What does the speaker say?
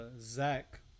Zach